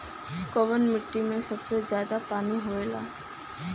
कौन मिट्टी मे सबसे ज्यादा पानी होला?